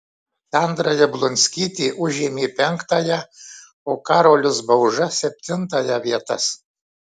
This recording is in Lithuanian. sandra jablonskytė užėmė penktąją o karolis bauža septintąją vietas